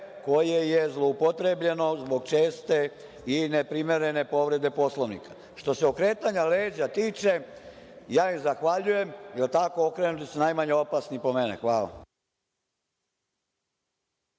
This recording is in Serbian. koje je zloupotrebljeno zbog česte i neprimerene povrede Poslovnika. Što se okretanja leđa tiče, ja joj zahvaljujem jer tako okrenuti su najmanje opasni po mene. Hvala.